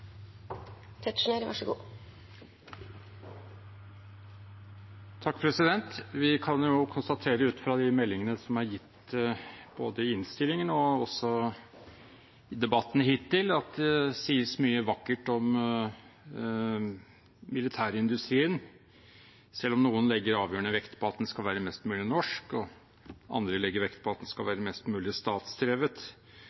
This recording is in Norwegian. gitt både i innstillingen og også i debatten hittil, at det sies mye vakkert om militærindustrien. Selv om noen legger avgjørende vekt på at den skal være mest mulig norsk, og andre legger vekt på at den skal